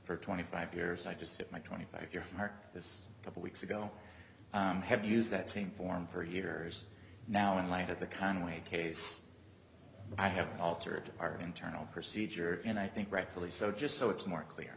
for twenty five years i just took my twenty five your heart this couple weeks ago have used that same form for years now in light of the conway case i have altered our internal procedure and i think rightfully so just so it's more clear